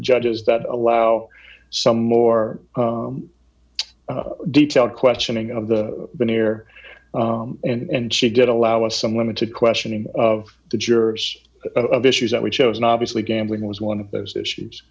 judges that allow some more detailed questioning of the been here and she did allow us some limited questioning of the jurors of issues that we've chosen obviously gambling was one of those issues